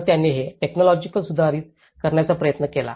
तर त्यांनी हे टेक्नॉलॉजि सुधारित करण्याचा प्रयत्न केला